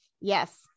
Yes